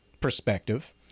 perspective